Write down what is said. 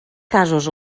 casos